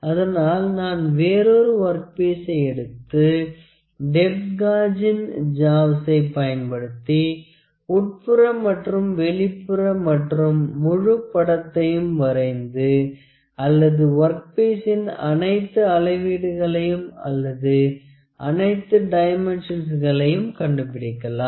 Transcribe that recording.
அதனால் நான் வேறொரு ஒர்க் பீசை எடுத்து டெப்த் காஜின் ஜாவ்சை பயன்படுத்தி உட்புற மற்றும் வெளிப்புற மற்றும் முழு படத்தையும் வரைந்து அல்லது வொர்க் பீசின் அனைத்து அளவீட்டுகளை அல்லது அனைத்து டைமென்ஷன்ஸ்களை கண்டுபிடிக்கலாம்